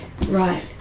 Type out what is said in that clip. right